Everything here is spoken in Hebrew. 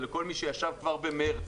ולכל מי שישב כבר במרץ.